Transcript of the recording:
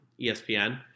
ESPN